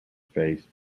face